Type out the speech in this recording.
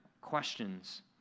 questions